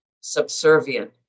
subservient